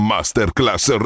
Masterclass